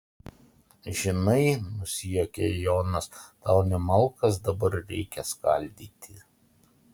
žinai nusijuokia jonas tau ne malkas dabar reikia skaldyti